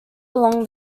along